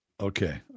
Okay